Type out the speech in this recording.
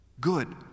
good